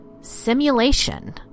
simulation